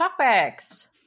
talkbacks